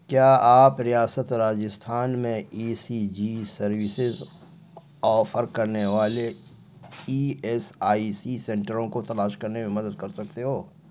کیا آپ ریاست راجستھان میں E C G services offer کرنے والے ای ایس آئی سی سنٹروں کو تلاش کرنے میں مدد کر سکتے ہو